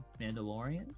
mandalorian